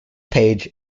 page